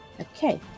Okay